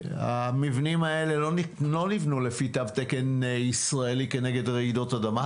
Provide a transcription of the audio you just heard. המבנים האלה לא נבנו לפי תו תקן ישראלי כנגד רעידות אדמה,